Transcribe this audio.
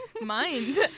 mind